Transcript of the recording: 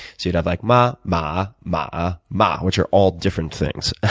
so you'd have like ma, ma, ma, ma, which are all different things.